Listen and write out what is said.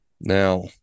Now